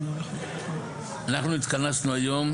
אנחנו התכנסו היום,